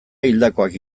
hildakoak